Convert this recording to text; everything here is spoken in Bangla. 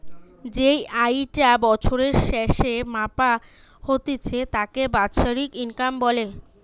যেই আয়ি টা বছরের স্যাসে মাপা হতিছে তাকে বাৎসরিক ইনকাম বলে